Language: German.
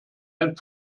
ein